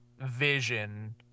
vision